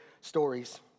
stories